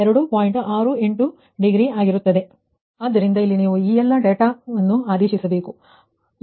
ಆದ್ದರಿಂದ ಇಲ್ಲಿ ನೀವು ಈ ಎಲ್ಲಾ ಡೇಟಾವನ್ನು ಆದೇಶಿಸಬೇಕು